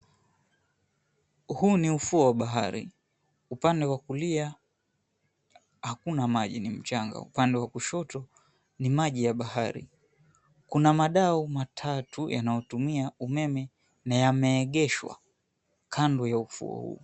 Huu ni ufuo wa bahari. Upande wa kulia hakuna maji, ni mchanga, upande wa kushoto ni maji ya bahari. Kuna madau matatu yanayotumia umeme na yameegeshwa kando ya ufuo huu.